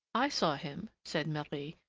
i saw him, said marie,